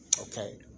okay